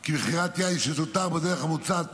כי מכירת יין שתותר בדרך המוצעת,